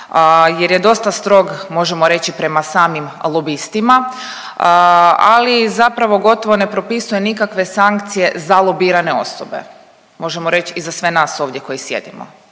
jer je dosta strog možemo reći prema samim lobistima ali zapravo gotovo ne propisuje nikakve sankcije za lobirane osobe. Možemo reć i za sve nas ovdje koji sjedimo